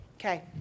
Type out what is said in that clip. Okay